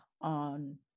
On